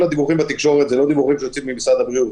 כל הדיווחים בתקשורת הם לא דיווחים שיוצאים ממשרד הבריאות.